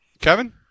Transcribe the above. kevin